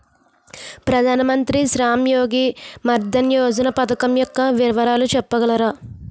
ప్రధాన మంత్రి శ్రమ్ యోగి మన్ధన్ యోజన పథకం యెక్క వివరాలు చెప్పగలరా?